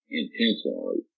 intentionally